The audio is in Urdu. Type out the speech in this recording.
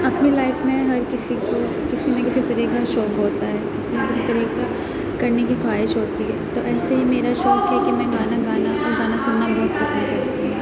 اپنی لائف میں ہر کسی کو کسی نا کسی طرح کا شوق ہوتا ہے کسی نا کسی طرح کا کرنے کی خواہش ہوتی ہے تو ایسے ہی میرا شوق ہے کہ میں گانا گانا گانا سننا بہت پسند کرتی ہوں